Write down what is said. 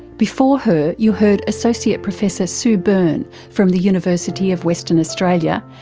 before her you heard associate professor sue byrne from the university of western australia,